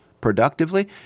productively